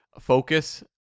focus